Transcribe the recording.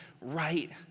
right